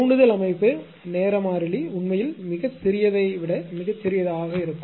தூண்டுதல் அமைப்பு நேர மாறிலி உண்மையில் மிகச்சிறியதை விட மிகச்சிறியதாக இருக்கும்